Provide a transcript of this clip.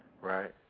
right